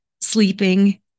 sleeping